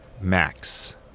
Max